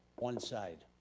one side.